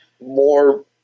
More